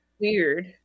Weird